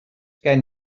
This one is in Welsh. gen